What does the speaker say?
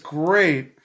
great